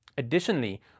Additionally